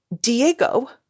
Diego